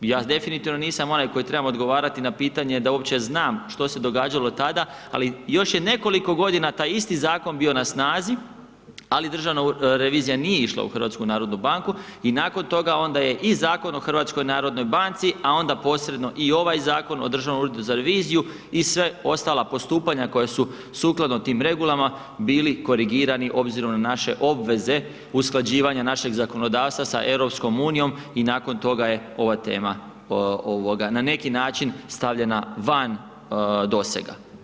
Ja definitivno nisam onaj koji trebam odgovarati na pitanje da uopće znam što se događalo tada, ali još je nekoliko godina taj isti zakon bio na snazi, ali državna revizija nije išla u HNB i nakon toga onda je i Zakon o HNB-u, a onda posredno i ovaj Zakon o DUR-u i sve ostala postupanja koja su sukladno tim regulama bili korigirani obzirom na naše obveze usklađivanja našeg zakonodavstva sa EU i nakon toga je ova tema, na neki način stavljena van dosega.